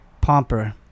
Pomper